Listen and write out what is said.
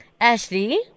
Ashley